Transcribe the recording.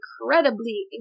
incredibly